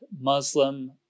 Muslim